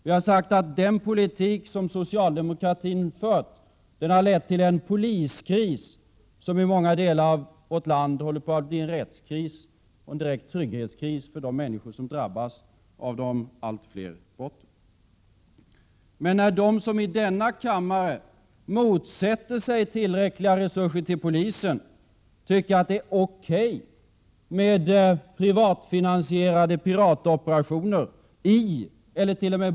Vi har sagt att socialdemokraternas politik harlett till den poliskris som i många delar av vårt land håller på att bli en rättskris och en direkt trygghetskris för de människor som drabbas av de allt fler brotten. Men när de som i denna kammare motsätter sig tillräckliga resurser till polisen tycker att det är O.K. med privatfinansierade piratoperationeri, ellert.o.m.